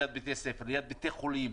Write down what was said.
ליד בתי חולים,